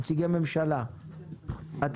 אני